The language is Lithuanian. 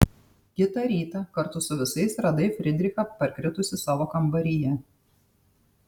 kitą rytą kartu su visais radai frydrichą parkritusį savo kambaryje